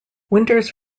winters